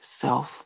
self